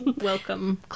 welcome